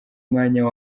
umwanya